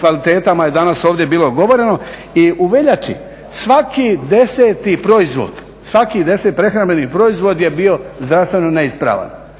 kvalitetama je danas ovdje bilo govoreno. I u veljači svaki 10-ti proizvod, svaki 10-ti prehrambeni proizvod je bio zdravstveno neispravan.